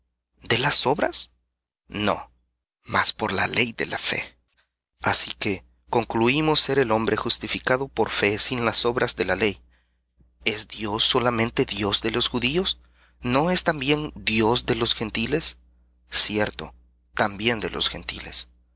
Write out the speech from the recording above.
de las obras no mas por la ley de la fe así que concluímos ser el hombre justificado por fe sin las obras de la ley es dios solamente de los judíos no es también de los gentiles cierto también de los gentiles